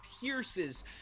pierces